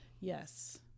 yes